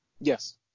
Yes